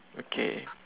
okay